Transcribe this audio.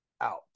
out